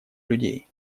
людей